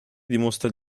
dimostra